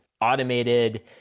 automated